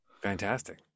Fantastic